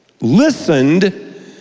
Listened